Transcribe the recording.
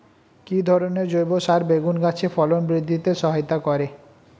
কি ধরনের জৈব সার বেগুন গাছে ফলন বৃদ্ধিতে সহায়তা করে?